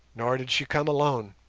nor did she come alone.